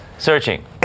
Searching